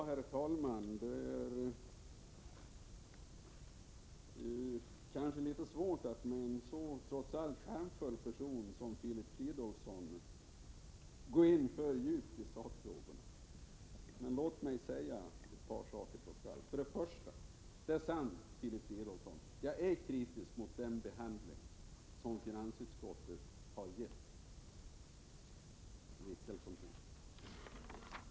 Herr talman! Det är litet svårt att gå in för djupt i sakfrågorna med en sådan charmfull person som Filip Fridolfsson. Det är sant att jag är kritisk mot den behandling som finansutskottet har gett frågan om riksgäldskontoret.